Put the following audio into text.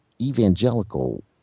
evangelical